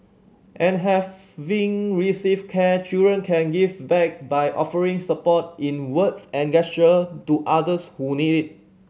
and having received care children can give back by offering support in words and gesture to others who need